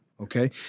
okay